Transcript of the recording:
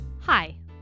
Hi